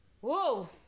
Whoa